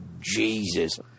Jesus